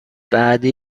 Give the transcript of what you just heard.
بعدی